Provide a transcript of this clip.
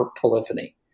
polyphony